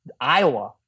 Iowa